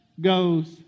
goes